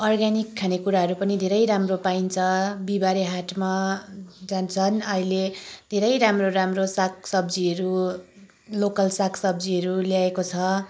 organic खानेकुराहरू पनि धेरै राम्रो पाइन्छ बिहिबारे हाटमा जान्छन् अहिले धेरै राम्रो राम्रो सागसब्जीहरू लोकल सागसब्जीहरू ल्याएको छ